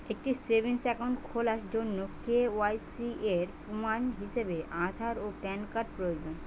একটি savings account খোলার জন্য কে.ওয়াই.সি এর প্রমাণ হিসাবে আধার ও প্যান কার্ড প্রয়োজন